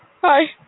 hi